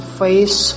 face